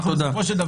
אבל